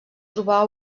trobar